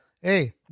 Hey